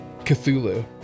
Cthulhu